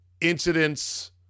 incidents